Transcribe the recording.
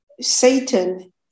Satan